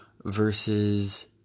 versus